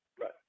Right